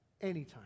anytime